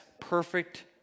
perfect